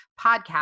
Podcast